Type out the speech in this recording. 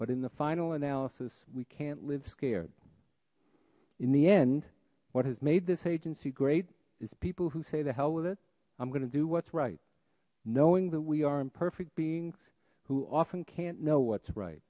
but in the final analysis we can't live scared in the end what has made this agency great is people who say the hell with it i'm going to do what's right knowing that we are imperfect beings who often can't know what's right